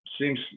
seems